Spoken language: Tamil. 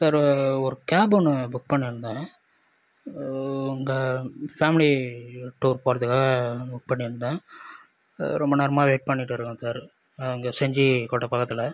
சார் ஒரு கேப் ஒன்று புக் பண்ணிருந்தேன் உங்கள் ஃபேமிலி டூர் போகறதுக்காக புக் பண்ணிருந்தேன் ரொம்ப நேரமாக வெயிட் பண்ணிவிட்டு இருக்கோம் சார் அங்கே செஞ்சிக் கோட்டை பக்கத்தில்